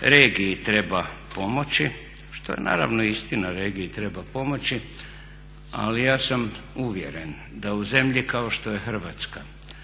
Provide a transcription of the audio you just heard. regiji treba pomoći, što je naravno istina, regiji treba pomoći, ali ja sam uvjeren da u zemlji kao što je Hrvatske